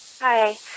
Hi